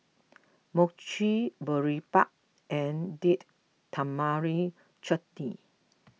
Mochi Boribap and Date Tamarind Chutney